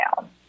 down